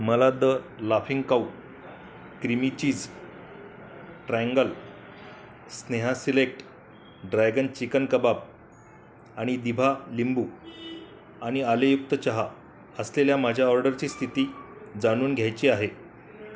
मला the laughing cow creamy cheese triangle स्नेहा select dragon chicken kebab आणि दिभा लिंबू आणि आलेयुक्त चहा असलेल्या माझ्या ऑर्डरची स्थिती जाणून घ्यायची आहे